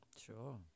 sure